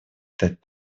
стать